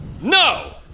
no